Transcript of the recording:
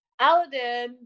Aladdin